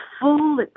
full